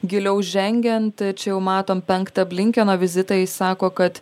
giliau žengiant čia jau matomepenktą blinkeno vizitą jis sako kad